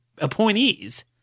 Appointees